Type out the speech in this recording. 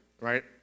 right